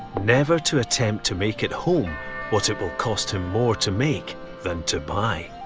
never to attempt to make at home what it will cost him more to make than to buy.